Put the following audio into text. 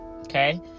okay